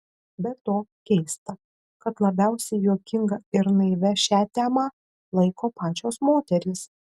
be to keista kad labiausiai juokinga ir naivia šią temą laiko pačios moterys